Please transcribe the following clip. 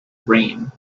brain